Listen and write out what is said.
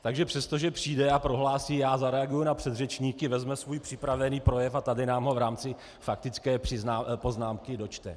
Takže přestože přijde a prohlásí já zareaguji na předřečníky, vezme svůj připravený projev a tady nám ho v rámci faktické poznámky dočte.